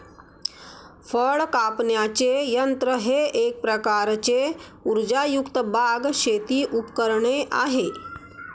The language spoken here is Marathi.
फळ कापण्याचे यंत्र हे एक प्रकारचे उर्जायुक्त बाग, शेती उपकरणे आहे